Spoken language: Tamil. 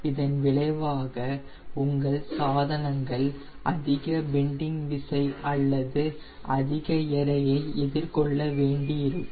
இதன் விளைவாக உங்கள் சாதனங்கள் அதிக பெண்டிங் விசை அல்லது அதிக எடையை எதிர்கொள்ள வேண்டியிருக்கும்